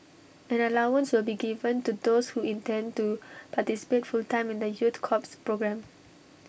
an allowance will be given to those who intend to participate full time in the youth corps programme